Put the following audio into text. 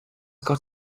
got